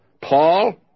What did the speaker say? Paul